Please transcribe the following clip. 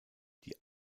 die